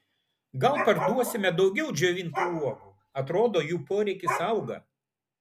gal parduosime daugiau džiovintų uogų atrodo jų poreikis auga